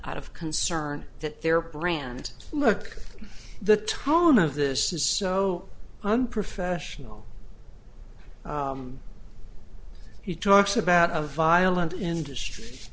out of concern that their brand look the tone of this is so unprofessional he talks about a violent industr